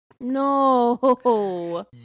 No